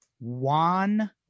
Juan